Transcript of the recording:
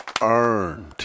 earned